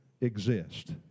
exist